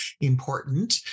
important